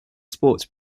sports